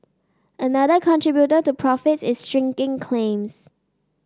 another contributor to profits is shrinking claims